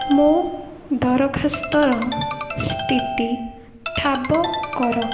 ମୋ ଦରଖାସ୍ତର ସ୍ଥିତି ଠାବ କର